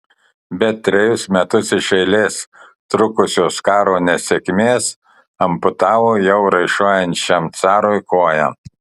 bet trejus metus iš eilės trukusios karo nesėkmės amputavo jau raišuojančiam carui koją